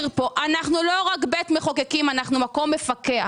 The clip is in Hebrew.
אנחנו לא רק בית מחוקקים, אנחנו גם מקום מפקח.